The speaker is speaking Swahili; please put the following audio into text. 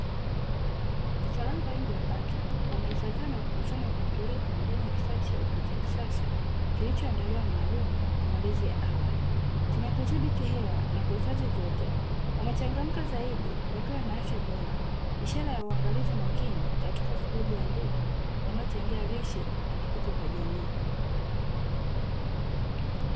Vifaranga wengi wa bata, wamehifadhiwa na kukusanywa kwa utulivu ndani ya kifaa cheupe cha kisasa, kilichoandaliwa maalumu kwa malezi ya awali chenye kudhibiti hewa na kuhifadhi joto, wamechangamka zaidi wakiwa na afya bora, ishara ya uangalizi makini katika ufugaji wa ndege wanaochangia lishe na kipato kwa jamii.